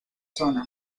zona